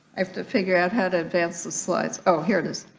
have to figure out how to advance the slides oh here it is